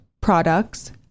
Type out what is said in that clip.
products